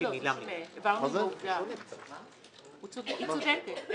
היא צודקת,